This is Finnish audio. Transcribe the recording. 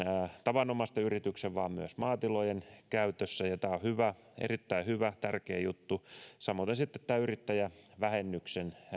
tavanomaisten yritysten vaan myös maatilojen käytössä ja tämä on hyvä erittäin hyvä tärkeä juttu samoiten sitten tämä yrittäjävähennyksen